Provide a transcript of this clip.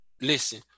listen